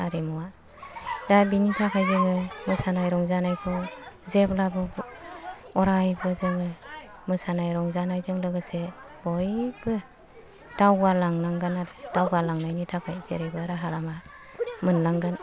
हारिमुआ दा बेनि थाखाय जोङो मोसानाय रंजानायखौ जेब्लाबो अरायबो जोंङो मोसानाय रंजानाय जों लोगोसे बयबो दावगालांनांगोन आरो दावगालांनायनि थाखाय जेरैबो राहा लामा मोनलांगोन